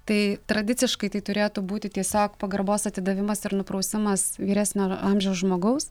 tai tradiciškai tai turėtų būti tiesiog pagarbos atidavimas ir nuprausimas vyresnio amžiaus žmogaus